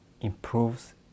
improves